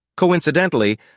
Coincidentally